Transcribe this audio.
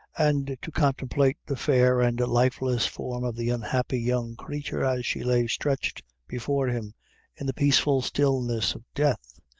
and to contemplate the fair and lifeless form of the unhappy young creature as she lay stretched before him in the peaceful stillness of death,